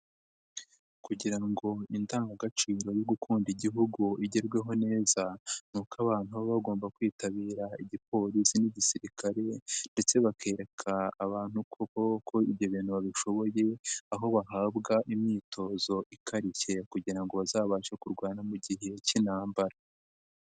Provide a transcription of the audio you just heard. Kugira ngo indangagaciro yo gukunda igihugu bigerweho neza, ni uko abantu baba bagomba kwitabira igipolisi n'igisirikare ndetse bakerereka abantu koko ko ibyo bintu babishoboye, aho bahabwa imyitozo ikarishye kugira ngo bazabashe kurwana mu gihe cy'intambara.